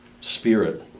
spirit